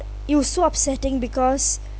it was so upsetting because